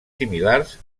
similars